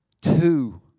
Two